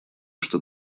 что